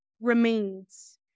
remains